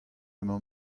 emañ